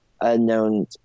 unknown